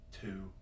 two